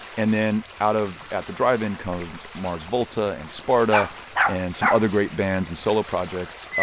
and then out of at the drive-in comes mars volta and sparta and some other great bands and solo projects.